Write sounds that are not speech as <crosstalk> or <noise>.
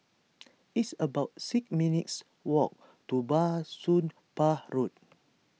<noise> it's about six minutes' walk to Bah Soon Pah Road